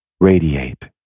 radiate